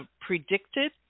predicted